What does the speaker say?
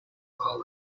colour